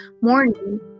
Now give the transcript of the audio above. morning